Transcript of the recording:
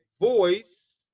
voice